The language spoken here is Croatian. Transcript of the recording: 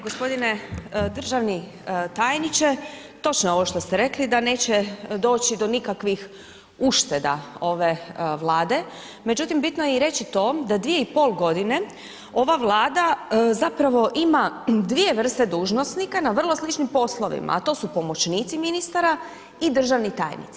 G. državni tajniče, točno je ovo što ste rekli, da neće doći do nikakvih ušteda ove Vlade, međutim bitno je reći i to da 2,5 g. ova Vlada zapravo ima dvije vrste dužnosnika na vrlo sličnim poslovima a to su pomoćnici ministara i državni tajnici.